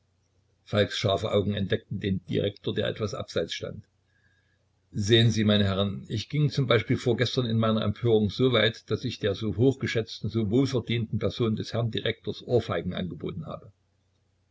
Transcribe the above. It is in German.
falks scharfe augen entdeckten den direktor der etwas abseits stand sehen sie meine herrn ich ging z b vorgestern in meiner empörung so weit daß ich der so hochgeschätzten so wohlverdienten person des herrn direktors ohrfeigen angeboten habe